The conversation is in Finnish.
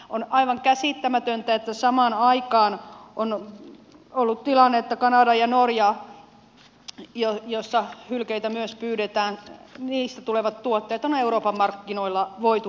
on aivan käsittämätöntä että samaan aikaan on ollut tilanne että kanadasta ja norjasta joissa hylkeitä myös pyydetään tulevat tuotteet on euroopan markkinoilla voitu hyödyntää